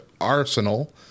arsenal